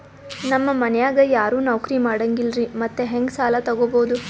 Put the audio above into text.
ನಮ್ ಮನ್ಯಾಗ ಯಾರೂ ನೌಕ್ರಿ ಮಾಡಂಗಿಲ್ಲ್ರಿ ಮತ್ತೆಹೆಂಗ ಸಾಲಾ ತೊಗೊಬೌದು?